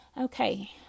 Okay